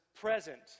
present